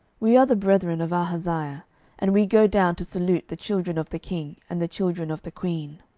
we are the brethren of ahaziah and we go down to salute the children of the king and the children of the queen.